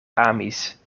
amis